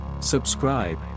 Subscribe